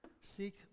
Seek